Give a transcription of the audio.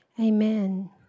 Amen